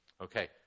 Okay